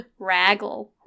Raggle